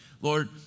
Lord